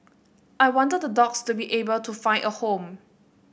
I wanted the dogs to be able to find a home